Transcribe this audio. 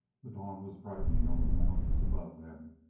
the dawn was brightening over the mountains above them,